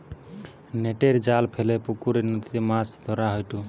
নেটের জাল ফেলে পুকরে, নদীতে মাছ ধরা হয়ঢু